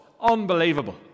Unbelievable